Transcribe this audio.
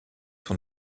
sont